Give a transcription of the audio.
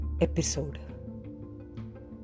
episode